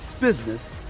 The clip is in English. business